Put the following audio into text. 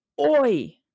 Oi